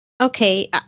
Okay